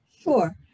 Sure